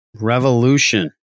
Revolution